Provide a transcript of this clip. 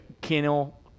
Kennel